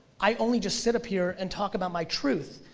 i only just sit up here and talk about my truth,